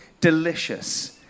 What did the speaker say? delicious